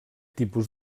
tipus